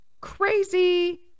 crazy